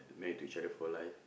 married to each other for life